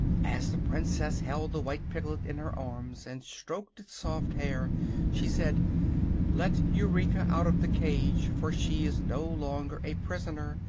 as the princess held the white piglet in her arms and stroked its soft hair she said let eureka out of the cage, for she is no longer a prisoner,